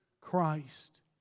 Christ